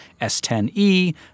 S10E